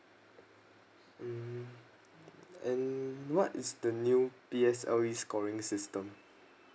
mm and what is the new P_S_L_E scoring system